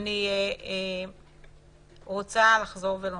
אני רוצה לחזור ולומר: